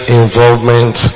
involvement